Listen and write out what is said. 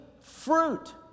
fruit